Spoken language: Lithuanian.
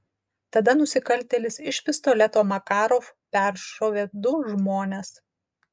tada nusikaltėlis iš pistoleto makarov peršovė du žmones